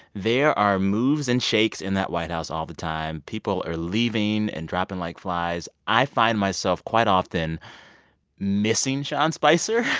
there are moves and shakes in that white house all the time. people are leaving and dropping like flies. i find myself quite often missing sean spicer